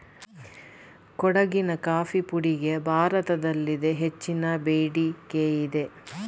ಕೊಡಗಿನ ಕಾಫಿ ಪುಡಿಗೆ ಭಾರತದಲ್ಲಿದೆ ಹೆಚ್ಚಿನ ಬೇಡಿಕೆಯಿದೆ